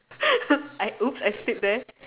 I oops I said that